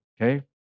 Okay